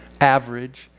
average